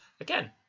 again